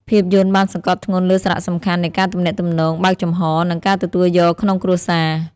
ភាពយន្តបានសង្កត់ធ្ងន់លើសារៈសំខាន់នៃការទំនាក់ទំនងបើកចំហ និងការទទួលយកក្នុងគ្រួសារ។